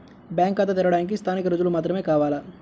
Bank ఖాతా తెరవడానికి స్థానిక రుజువులు మాత్రమే కావాలా?